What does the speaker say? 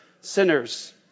sinners